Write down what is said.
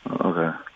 Okay